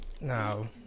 No